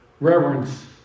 reverence